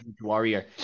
warrior